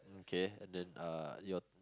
okay and then uh your